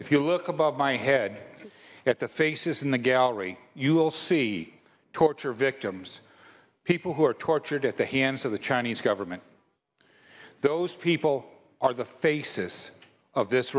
look above my head at the faces in the gallery you will see torture victims people who are tortured at the hands of the chinese government those people are the faces of this